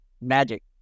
magic